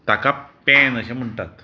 ताका पॅन अशें म्हणटात